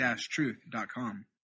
Truth.com